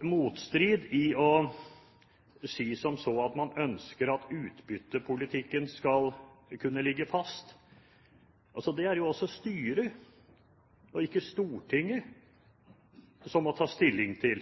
motstrid i å si at man ønsker at utbyttepolitikken skal kunne ligge fast – det er det jo styret og ikke Stortinget som må ta stilling til.